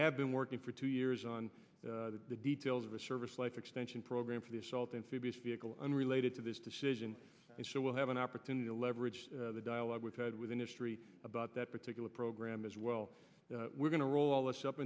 have been working for two years on the details of a service life extension program for the assault in phoebe's vehicle unrelated to this decision and so we'll have an opportunity to leverage the dialogue with head with industry about that particular program as well we're going to roll all this up